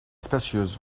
spacieuse